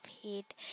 hate